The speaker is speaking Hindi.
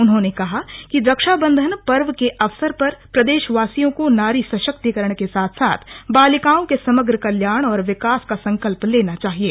उन्होंने कहा कि रक्षाबंधन पर्व के अवसर पर प्रदेशवासियों को नारी सशक्तिकरण के साथ साथ बालिकाओं के समग्र कल्याण और विकास का संकल्प लेना चाहिये